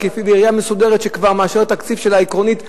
בעירייה מסודרת שכבר מאשרת את התקציב שלה עקרונית בנובמבר,